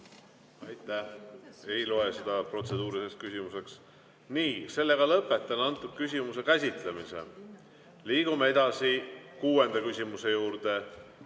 Aitäh! Ei loe seda protseduuriliseks küsimuseks. Nii. Lõpetan selle küsimuse käsitlemise. Liigume edasi kuuenda küsimuse juurde.